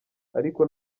ariko